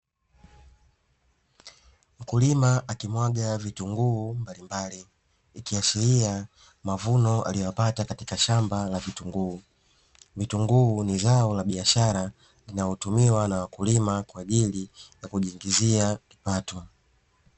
Mkulima akimwaga vitunguu mbalimbali, ikiashiria mavuno aliyoyapata katika shamba la vitunguu, vitunguu ni zao la biashara linaotumiwa na wakulima kwa ajili ya kujiingizia kipato.